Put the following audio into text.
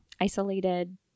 Isolated